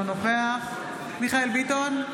בעד מיכאל מרדכי ביטון,